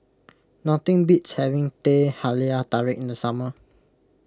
nothing beats having Teh Halia Tarik in the summer